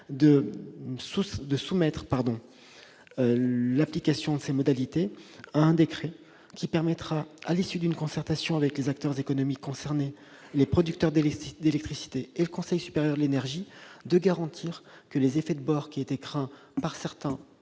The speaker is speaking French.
de soumettre l'application de cette disposition à un décret. Ce décret permettra, à l'issue d'une concertation avec les acteurs économiques concernés- producteurs d'électricité, Conseil supérieur de l'énergie ... -de garantir que les effets de bord qui étaient craints par certains,